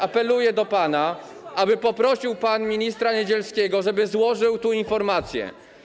Apeluję do pana, aby poprosił pan ministra Niedzielskiego, żeby złożył tu informację.